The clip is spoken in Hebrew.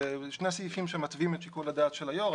אלה שני סעיפים שמתווים את שיקול הדעת של היו"ר.